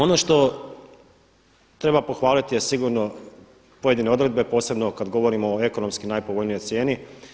Ono što treba pohvaliti je sigurno pojedine odredbe posebno kada govorimo o ekonomski najpovoljnijoj cijeni.